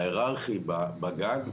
ההירארכי בגן,